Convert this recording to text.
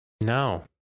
No